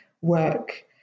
work